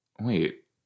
Wait